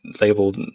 labeled